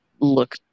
look